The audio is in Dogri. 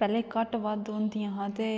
पैह्लें घट्ट बद्ध होंदियां हा ते